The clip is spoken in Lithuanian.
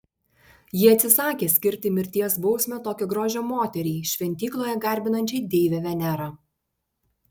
jie atsisakė skirti mirties bausmę tokio grožio moteriai šventykloje garbinančiai deivę venerą